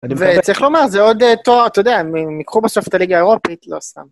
וצריך לומר, זה עוד תואר, אתה יודע, הם יקחו בסוף את הליגה האירופית, לא סתם.